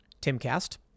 TimCast